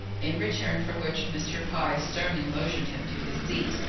in return for which mr. pye sternly motioned him to his seat,